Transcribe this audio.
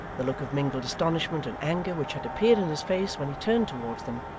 the look of mingled astonishment and anger which had appeared in his face when he turned towards them,